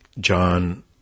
John